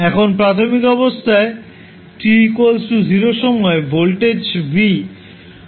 এখন প্রাথমিক অবস্থার t 0 সময়ে ভোল্টেজ v